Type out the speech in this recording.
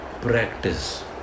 practice